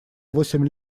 восемь